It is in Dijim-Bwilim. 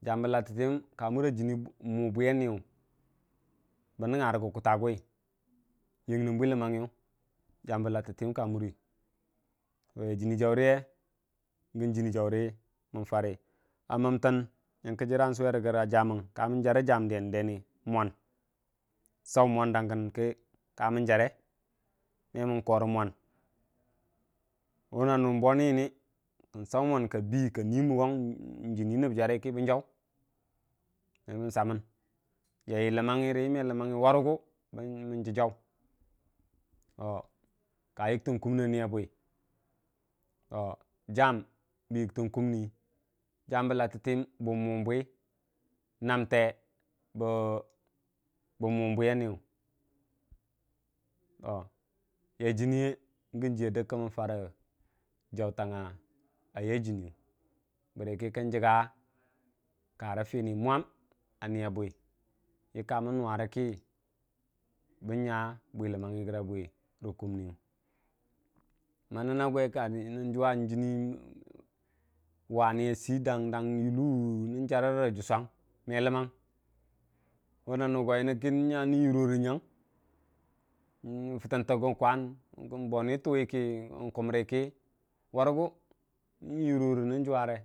jambə lattitəyəm ka mura jini mʊbwiya niyu bən nəngarəgi rʊta gʊuu yinguing bwələmmanungiyu gambə lattitəmdim ka muri jini jaurəye ngəu jini jaurə mən fara a məutən nyənka nsuwe rəga jamau, kaməu jarə jam ndening ndenəi nasau mwandang gəun ki kam jare ka nanu nboni yim kəu saw ka bii njini nəb jarə ki bəu jau mel saməu yaiyə ləmang reyi me ləwa warəgu mən jajjaw ka yiktən kun a niya bwi, to jam bə yigtən kumnii jambə lattitəyəm e ung buu. Namte be mʊng bwiya niyu jiya dək ki mən farəjawtanguya yai jiniyu bərəkə kən jəgga karə fəni mwam a niya bwi yə kaməu nuwa rə ki bən nya buuləmmangnyi əra bwiyu rə kumniyu a ninna gwe nəu nəu juwa jənni wani a sii dang dang yʊluu nəng yarə juswang ko nanʊ go yənikə bən nya nəu yurarə nyang fittənti gu kwan kən boni tuwi ki n kumrə warəgu.